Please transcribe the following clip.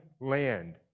land